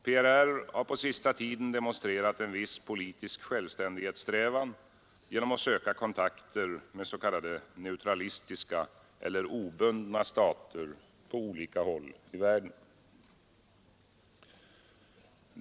PRR har på senaste tiden demonstrerat en viss politisk självständighetssträvan genom att söka kontakter med s.k. neutralistiska eller obundna stater på olika håll i världen.